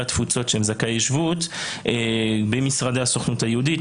התפוצות שהם זכאי שבות במשרדי הסוכנות היהודית.